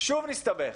שוב נסתבך.